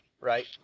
right